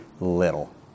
little